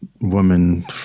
woman